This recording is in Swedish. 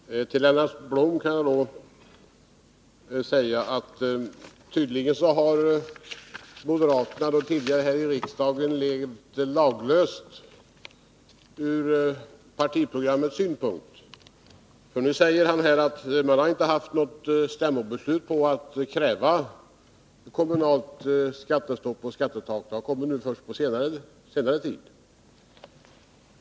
Herr talman! Till Lennart Blom kan jag säga att moderaterna tidigare här i riksdagen tydligen har levat laglöst från partiprogrammets synpunkt. Nu säger han ju att man inte har haft något stämmobeslut på att kräva kommunalt skattestopp och skattetak — det har kommit först nu på senare tid.